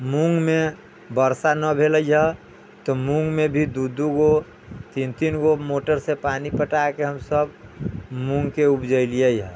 मूँग मे वर्षा ना भेलैया तऽ मूँग मे भी दू दू गो तीन तीन गो मोटर से पानी पटा के हमसब मूँग के उपजेलियै हँ